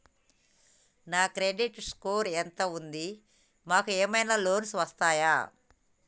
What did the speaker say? మా credit score ఎంత ఉంది? మాకు ఏమైనా లోన్స్ వస్తయా?